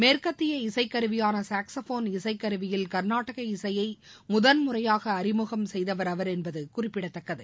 மேற்கத்திய இசைக்கருவியான சாக்ஸபோன் இசைக்கருவியில் கர்நாடக இசையை முதல் முறையாக அறிமுகம் செய்தவர் அவர் என்பது குறிப்பிடத்தக்கது